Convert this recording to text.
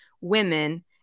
women